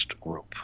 group